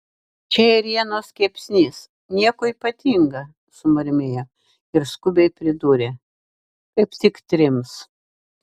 čia ėrienos kepsnys nieko ypatinga sumurmėjo ir skubiai pridūrė kaip tik trims